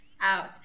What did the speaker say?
out